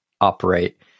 operate